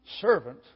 servant